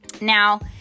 Now